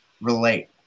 relate